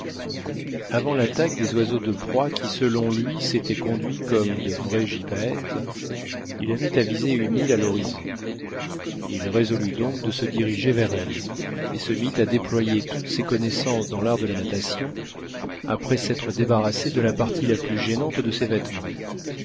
avant l'attaque des oiseaux de proie qui selon lui s'étaient conduits comme de vrais gypaètes il avait avisé une île à l'horizon il résolut donc de se diriger vers elle et se mit à déployer toutes ses connaissances dans l'art de la natation après s'être débarrassé de la partie la plus gênante de ses vêtements